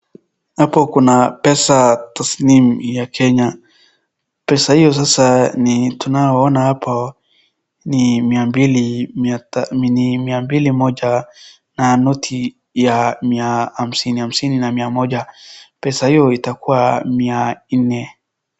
Hapo kuna pesa taslimu ya Kenya. Pesa hiyo sasa ni tunayo ona hapo ni miambili moja na noti ya hamsini hamsini na mia moja. Pesa hiyo itakua mia nne.